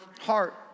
heart